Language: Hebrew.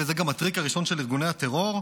וזה גם הטריק הראשון של ארגוני הטרור,